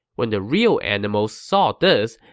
when the real animals saw this,